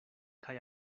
kaj